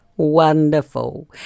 Wonderful